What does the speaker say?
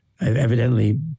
evidently